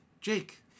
Jake